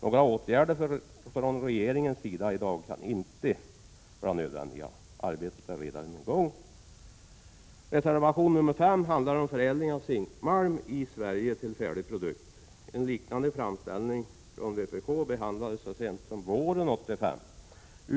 Några åtgärder från regeringens sida i dag kan inte vara nödvändiga. Arbetet är redan i gång. Reservation 5 handlar om förädling av zinkmalm i Sverige till färdig produkt. En liknande framställning från vpk behandlades så sent som våren 1985.